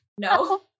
No